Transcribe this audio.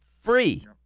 free